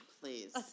Please